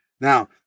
Now